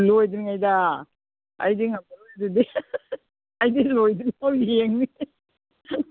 ꯂꯣꯏꯗ꯭ꯔꯤꯉꯩꯗ ꯑꯩꯗꯤ ꯉꯝꯃꯔꯣꯏ ꯑꯗꯨꯗꯤ ꯑꯩꯗꯤ ꯂꯣꯏꯗ꯭ꯔꯤ ꯐꯥꯎ ꯌꯦꯡꯅꯤ